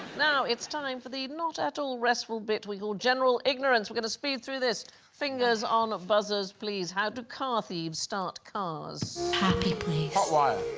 now it's time for the not at all restful bit we call general ignorance we're going to speed through this fingers on buzzers, please. how do car thieves start cars happy place hot wire